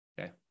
Okay